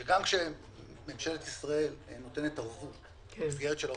שגם כשממשלת ישראל נותנת מסגרת של ערבות,